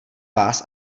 vás